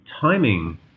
timing